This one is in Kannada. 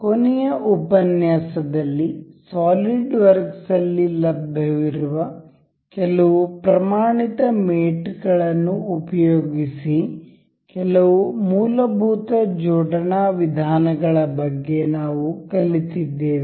ಕೊನೆಯ ಉಪನ್ಯಾಸದಲ್ಲಿ ಸಾಲಿಡ್ವರ್ಕ್ಸ್ ಅಲ್ಲಿ ಲಭ್ಯವಿರುವ ಕೆಲವು ಪ್ರಮಾಣಿತ ಮೇಟ್ಗಳನ್ನು ಉಪಯೋಗಿಸಿ ಕೆಲವು ಮೂಲಭೂತ ಜೋಡಣಾ ವಿಧಾನಗಳ ಬಗ್ಗೆ ನಾವು ಕಲಿತಿದ್ದೇವೆ